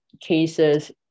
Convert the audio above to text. cases